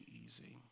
easy